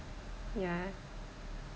ya